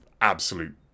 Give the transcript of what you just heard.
absolute